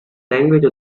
language